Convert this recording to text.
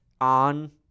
on